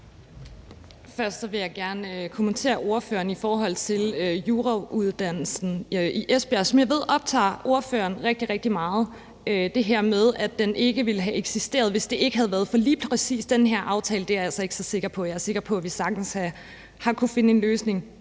Først vil jeg gerne kommentere det, ordføreren sagde i forhold til jurauddannelsen i Esbjerg, som jeg ved optager ordføreren rigtig, rigtig meget. Det her med, at den ikke ville have eksisteret, hvis det ikke havde været for lige præcis den her aftale, er jeg altså ikke så sikker på. Jeg er sikker på, at vi sagtens havde kunnet finde en løsning